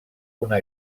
una